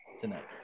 tonight